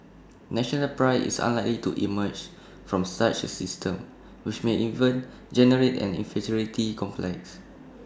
national Pride is unlikely to emerge from such A system which may even generate an inferiority complex